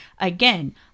Again